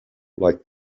like